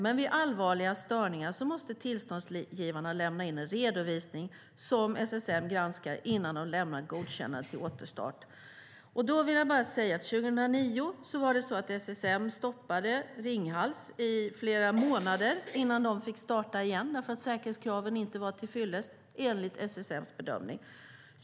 Men vid allvarliga störningar måste tillståndshavarna lämna in en redovisning som SSM granskar innan man lämnar godkännande för återstart. Då vill jag bara säga att 2009 stoppade SSM Ringhals i flera månader innan man fick starta igen därför att säkerhetskraven inte var uppfyllda enligt SSM:s bedömning.